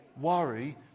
worry